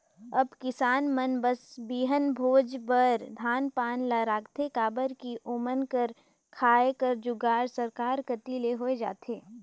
अब किसान मन बस बीहन भोज बर धान पान ल राखथे काबर कि ओमन कर खाए कर जुगाड़ सरकार कती ले होए जाथे